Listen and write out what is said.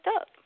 up